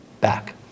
back